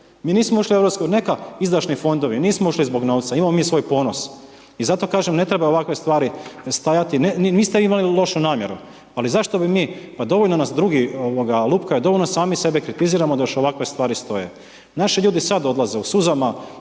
Mi nismo ušli u EU, neka izdašni fondovi, nismo ušli zbog novca, imamo mi svoj ponos. I zato kažem, ne treba ovakve stvari stajati, niste vi imali lošu namjeru, ali zašto bi mi, pa dovoljno nas drugi lupkaju, dovoljno sami sebe kritiziraju da još ovakve stvari stoje. Naši ljudi sad odlaze u suzama